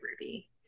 ruby